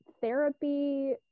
therapy